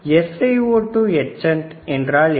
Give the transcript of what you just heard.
SiO2 யட்சன்ட் என்றால் என்ன